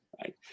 right